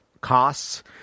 costs